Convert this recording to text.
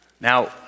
Now